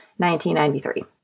1993